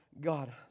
God